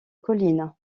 collines